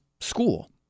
school